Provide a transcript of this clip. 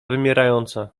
wymierająca